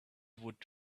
would